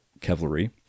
Cavalry